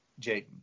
Jaden